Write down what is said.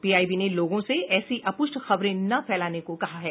PIB ने लोगों से ऐसी अपुष्ट खबरें न फैलाने को कहा है